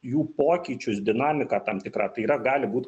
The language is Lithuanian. jų pokyčius dinamiką tam tikrą tai yra gali būt